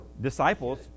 disciples